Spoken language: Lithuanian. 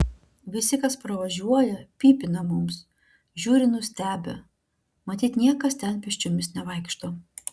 visi kas pravažiuoja pypina mums žiūri nustebę matyt niekas ten pėsčiomis nevaikšto